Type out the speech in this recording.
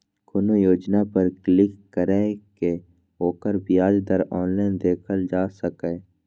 कोनो योजना पर क्लिक कैर के ओकर ब्याज दर ऑनलाइन देखल जा सकैए